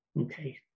Okay